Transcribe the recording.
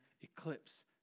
eclipse